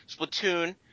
Splatoon